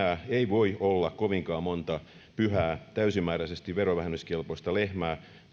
voi olla kovinkaan monta pyhää täysimääräisesti verovähennyskelpoista lehmää